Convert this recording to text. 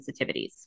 sensitivities